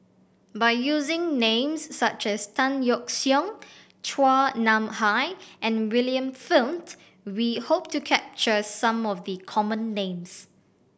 by using names such as Tan Yeok Seong Chua Nam Hai and William Flint we hope to capture some of the common names